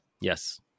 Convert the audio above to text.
yes